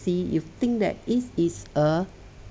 see you think that it is uh